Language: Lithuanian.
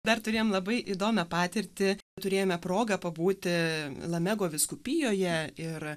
dar turėjom labai įdomią patirtį turėjome progą pabūti lamego vyskupijoje ir